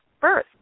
birth